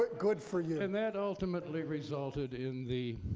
but good for you. and that ultimately resulted in the